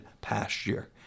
pasture